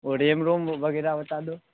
और RAM ROM वगैरह बता दो